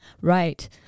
Right